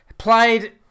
Played